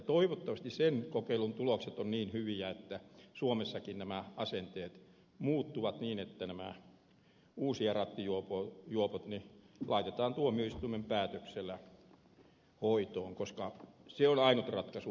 toivottavasti sen kokeilun tulokset ovat niin hyviä että suomessakin nämä asenteet muuttuvat niin että nämä uusijarattijuopot laitetaan tuomioistuimen päätöksellä hoitoon koska se on ainut ratkaisu